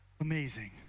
Amazing